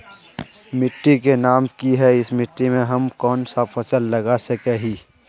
मिट्टी के नाम की है इस मिट्टी में हम कोन सा फसल लगा सके हिय?